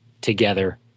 together